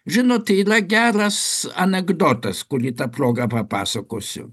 žinot yra geras anekdotas kurį ta proga papasakosiu